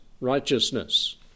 Righteousness